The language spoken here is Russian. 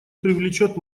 привлечет